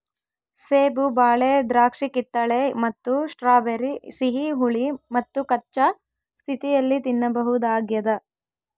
ಸೇಬು ಬಾಳೆ ದ್ರಾಕ್ಷಿಕಿತ್ತಳೆ ಮತ್ತು ಸ್ಟ್ರಾಬೆರಿ ಸಿಹಿ ಹುಳಿ ಮತ್ತುಕಚ್ಚಾ ಸ್ಥಿತಿಯಲ್ಲಿ ತಿನ್ನಬಹುದಾಗ್ಯದ